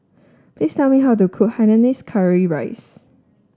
please tell me how to cook Hainanese Curry Rice